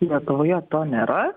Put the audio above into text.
lietuvoje to nėra